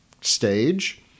stage